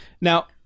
Now